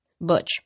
Butch